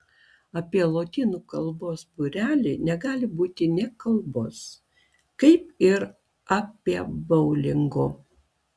apie lotynų kalbos būrelį negali būti nė kalbos kaip ir apie boulingo